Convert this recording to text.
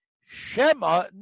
Shema